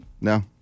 No